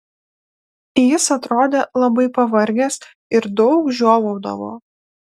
jis atrodė labai pavargęs ir daug žiovaudavo